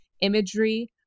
imagery